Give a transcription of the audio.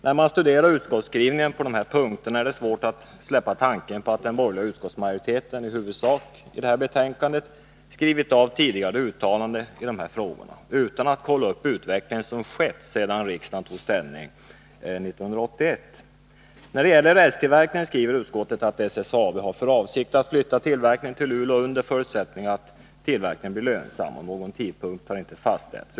När man studerar utskottsskrivningen på de här punkterna är det svårt att släppa tanken att den borgerliga utskottsmajoriteten i huvudsak skrivit av tidigare uttalanden i frågorna utan att kolla upp den utveckling som skett sedan riksdagen tog ställning 1981. När det gäller rälstillverkningen skriver utskottet att SSAB har för avsikt att flytta tillverkningen till Luleå under förutsättning att tillverkningen blir lönsam och att någon tidpunkt inte har fastställts.